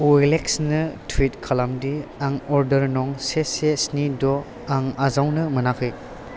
अ L X नो टुइट खालामदि आं अरदार नं से से स्नि द' आं आजावनो मोनाखै